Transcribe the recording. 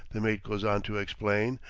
the mate goes on to explain,